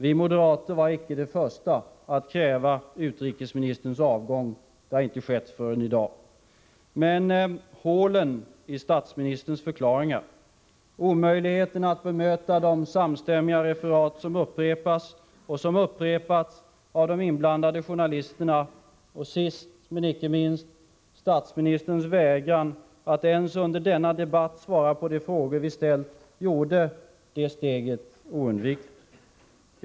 Vi moderater var inte de första att kräva utrikesministerns avgång. Det har vi inte gjort förrän i dag. Men hålen i statsministerns förklaringar, omöjligheten att bemöta de samstämmiga referat som upprepades av de inblandade journalisterna och sist men inte minst statsministerns vägran att ens under denna debatt svara på de frågor som vi har ställt gjorde detta steg oundvikligt.